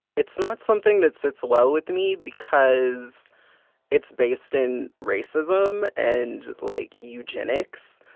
it's not something that sits well with me because it's based in racism and like eugenics.